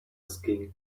skin